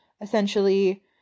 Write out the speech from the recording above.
essentially